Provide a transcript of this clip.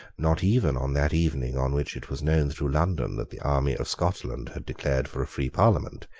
not even on that evening on which it was known through london that the army of scotland had declared for a free parliament,